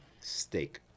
steak